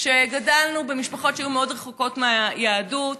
שגדלנו במשפחות שהיו מאוד רחוקות מהיהדות,